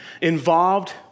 involved